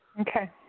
Okay